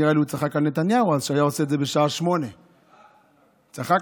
נראה לי שהוא צחק על נתניהו אז כשהוא היה עושה את זה בשעה 20:00. צחק,